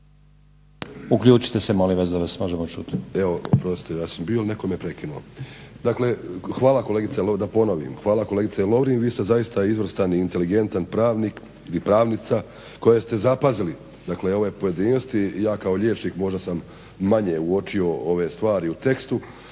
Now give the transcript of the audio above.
Uključite se molim vas da vas možemo čuti. **Grubišić, Boro (HDSSB)** Evo, oprostite, ja sam bio al neko me prekinuo. Dakle, hvala kolegice Lovrin, da ponovim hvala kolegice Lovrin. Vi ste zaista izvrstan i inteligentan pravnik, pravnica koja ste zapazili, dakle ove pojedinosti. Ja kao liječnik možda sam manje uočio ove stvari u tekstu,